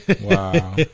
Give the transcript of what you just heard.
Wow